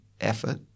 effort